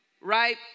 Right